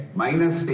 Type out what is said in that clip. minus